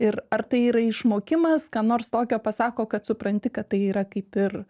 ir ar tai yra išmokimas ką nors tokio pasako kad supranti kad tai yra kaip ir